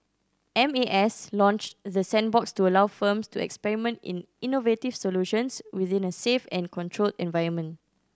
M A S launched the sandbox to allow firms to experiment in innovative solutions within a safe and controlled environment